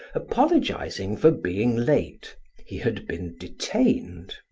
apologizing for being late he had been detained.